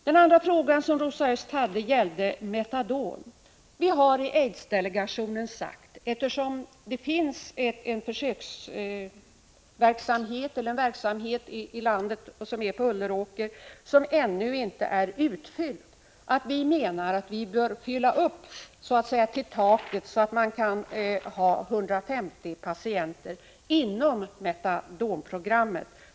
Den andra fråga som Rosa Östh ställde gällde Metadon. Vi har i aidsdelegationen sagt, att eftersom det bedrivs en verksamhet på Ulleråker som ännu inte är utfylld, bör man fylla upp till taket, så att man kan ha 150 patienter inom Metadonprogrammet.